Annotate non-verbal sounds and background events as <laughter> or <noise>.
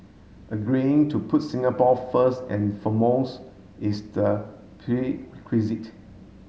agreeing to put Singapore first and foremost is the <unintelligible>